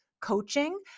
coaching